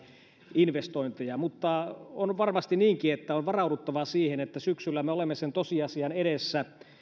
investointeja mutta on varmasti niinkin että on varauduttava siihen että syksyllä me olemme sen tosiasian edessä